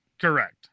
correct